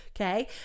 okay